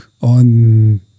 on